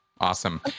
Awesome